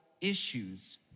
issues